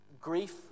Grief